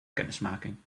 kennismaking